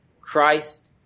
Christ